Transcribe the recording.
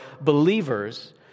believers